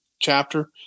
chapter